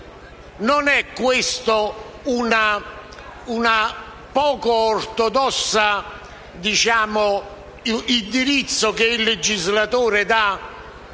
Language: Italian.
Non è questo un poco ortodosso indirizzo che il legislatore dà